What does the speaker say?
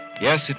Yes